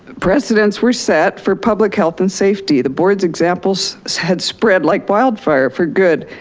precedents were set for public health and safety. the board's examples had spread like wildfire for good,